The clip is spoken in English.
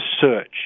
search